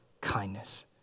kindness